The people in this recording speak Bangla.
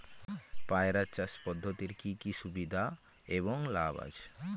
পয়রা চাষ পদ্ধতির কি কি সুবিধা এবং লাভ আছে?